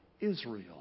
Israel